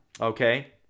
Okay